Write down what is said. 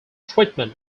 treatment